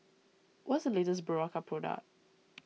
what is the latest Berocca product